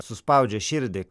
suspaudžia širdį